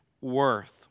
worth